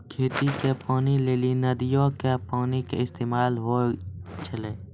खेती के पानी लेली नदीयो के पानी के इस्तेमाल होय छलै